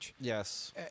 Yes